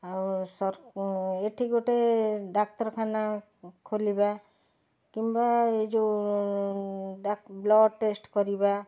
ଆଉ ସରକ ଏଠି ଗୋଟେ ଡାକ୍ତରଖାନା ଖୋଲିବା କିମ୍ବା ଏ ଯେଉଁ ବ୍ଲଡ଼ ଟେଷ୍ଟ କରିବା